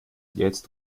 jetzt